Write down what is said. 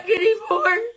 anymore